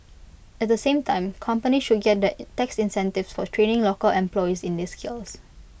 at the same time company should get that tax incentives for training local employees in these skills